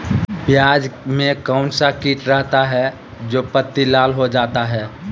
प्याज में कौन सा किट रहता है? जो पत्ती लाल हो जाता हैं